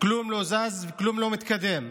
כלום לא זז, כלום לא מתקדם.